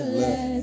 let